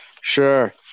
Sure